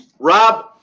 Rob